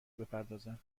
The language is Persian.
بپردازند